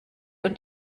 und